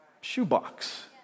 Shoebox